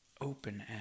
open